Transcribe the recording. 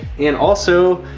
and also,